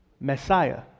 Messiah